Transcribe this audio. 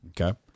Okay